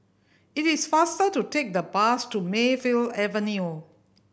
it is faster to take the bus to Mayfield Avenue